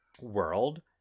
world